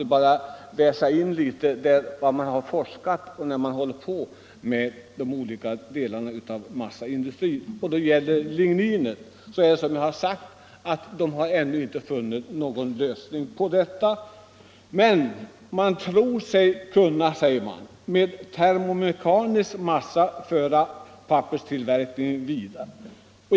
Som ren amatör skall jag försöka att i kammarens protokoll bara läsa in litet av forskningsresultaten inom olika delar av massaindustrin. När det gäller ligninet är det, som jag har sagt, så att man ännu inte funnit någon lösning på problemen. Men man tror sig kunna, säger man, med termomekanisk massa föra papperstillverkningen vidare.